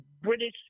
british